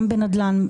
גם בנדל"ן,